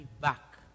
back